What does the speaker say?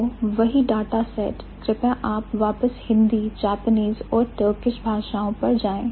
तो वही data set कृपया आप वापस Hindi Japanese और Turkish भाषाओं पर जाएं